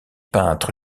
peintres